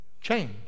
Change